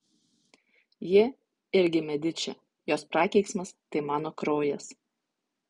ji irgi mediči jos prakeiksmas tai mano kraujas